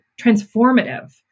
transformative